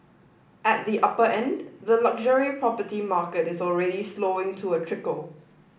at the upper end the luxury property market is already slowing to a trickle